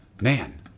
Man